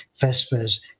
Vespers